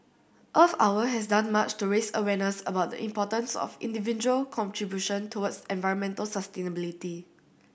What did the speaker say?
Earth Hour has done much to raise awareness about the importance of individual contribution towards environmental sustainability